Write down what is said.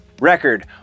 record